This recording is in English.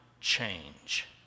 change